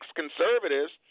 conservatives